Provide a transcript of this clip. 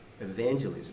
evangelism